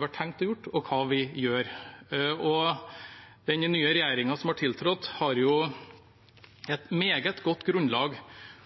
har tenkt å gjøre. Den nye regjeringen som har tiltrådt, har et meget godt grunnlag